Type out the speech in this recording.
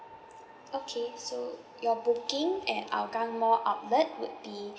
okay so your booking at hougang mall outlet would be